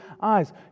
eyes